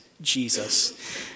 Jesus